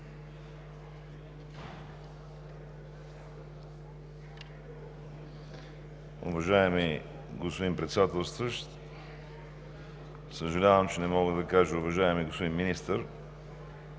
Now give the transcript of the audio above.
Уважаеми господин Председателстващ! Съжалявам, че не мога да кажа: „Уважаеми господин Министър!“